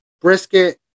brisket